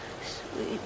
sweet